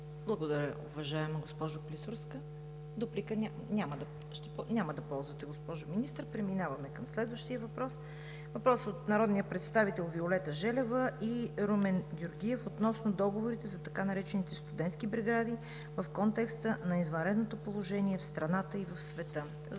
Благодаря, уважаема госпожо Клисурска. Дуплика? Няма да ползвате, госпожо Министър. Преминаваме към следващия въпрос от народните представители Виолета Желева и Румен Георгиев относно договорите за така наречените студентски бригади в контекста на извънредното положение в страната и света.